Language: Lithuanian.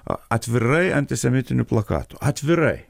atvirai antisemitinių plakatų atvirai